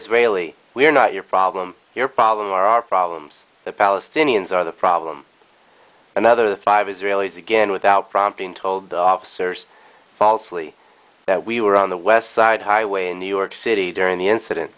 israeli we are not your problem your problem are our problems the palestinians are the problem another five israelis again without prompting told the officers falsely that we were on the west side highway in new york city during the incident